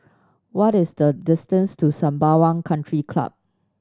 what is the distance to Sembawang Country Club